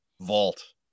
vault